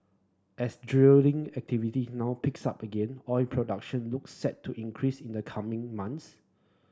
as drilling activity now picks up again oil production looks set to increase in the coming months